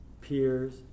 peers